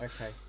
Okay